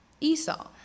Esau